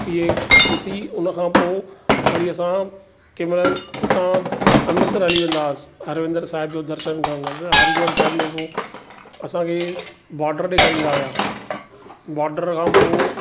इएं ॾिसी उनखां पोइ वरी असां कंहिं महिल उतां अमृतसर हली वेंदासीं हरमंदरु साहिब जो दर्शन करणु त हरिद्वार साहिब में उहो असांखे बॉर्डर ॾेखारींदा हुआ बॉर्डर खां पोइ